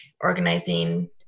organizing